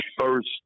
first